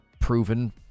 proven